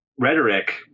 rhetoric